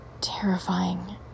terrifying